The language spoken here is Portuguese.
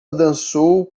dançou